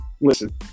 listen